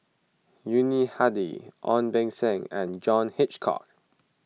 Yuni Hadi Ong Beng Seng and John Hitchcock